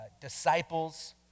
disciples